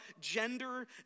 gender